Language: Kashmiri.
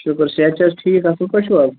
شُکُر صحت چھا حظ ٹھیٖک اَصٕل پٲٹھۍ چھُو حظ